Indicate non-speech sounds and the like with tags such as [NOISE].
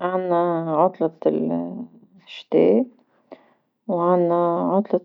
عندنا [HESITATION] عطلة [HESITATION] شتاء وعندنا عطلة